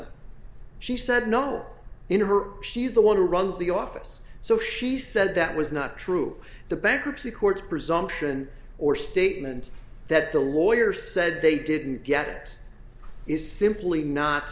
no she said no in her she's the one who runs the office so she said that was not true the bankruptcy court presumption or statement that the lawyer said they didn't get is simply not